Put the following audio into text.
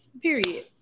Period